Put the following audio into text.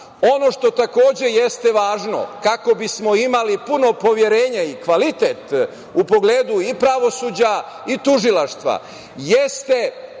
što takođe jeste važno kako bismo imali puno poverenje i kvalitet u pogledu i pravosuđa i tužilaštva jeste